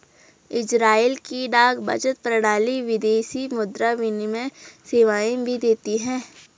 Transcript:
Israel की डाक बचत प्रणाली विदेशी मुद्रा विनिमय सेवाएं भी देती है